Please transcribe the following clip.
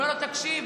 אומר לו: תקשיב,